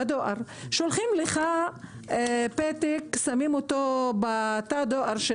שולחים פתק אותו שמים בתא הדואר.